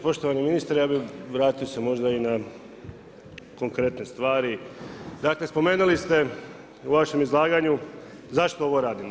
Poštovani ministre ja bih vratio se možda i na konkretne stvari, dakle spomenuli ste u vašem izlaganju zašto ovo radimo.